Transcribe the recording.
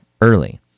early